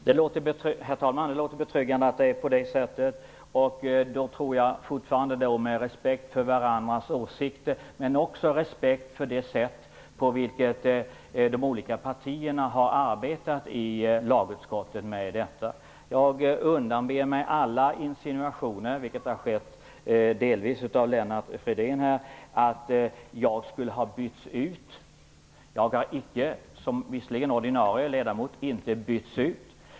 Herr talman! Det låter betryggande att det är på det sättet. Jag menar att man skall ha respekt för varandras åsikter men också att man skall respektera det sätt på vilket partierna har arbetat med detta i lagutskottet. Jag undanber mig alla insinuationer om att jag, som Lennart Fridén delvis har antytt, skulle ha bytts ut. Jag är ordinarie ledamot och har icke bytts ut.